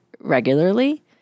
regularly